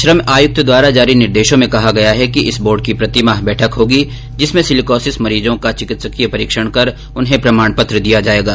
श्रम आयुक्त द्वारा जारी निर्देशों में कहा गया है कि इस बोर्ड की प्रतिमाह बैठक होंगी जिसमें सिलिकोसिस मरीजों का चिकित्सकीय परीक्षण कर उन्हें प्रमाण पत्र दिया जायेगा